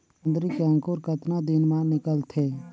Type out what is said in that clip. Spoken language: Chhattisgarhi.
जोंदरी के अंकुर कतना दिन मां निकलथे?